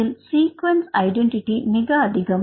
இதில் sequence identity மிக அதிகம்